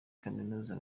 kaminuza